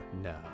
No